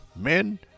Men